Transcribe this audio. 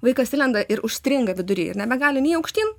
vaikas įlenda ir užstringa vidury ir nebegali nei aukštyn